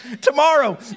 tomorrow